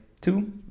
two